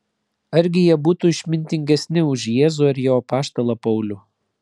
argi jie būtų išmintingesni už jėzų ar jo apaštalą paulių